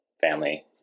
family